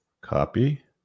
Copy